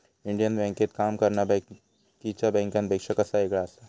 Indian बँकेत काम करना बाकीच्या बँकांपेक्षा कसा येगळा आसा?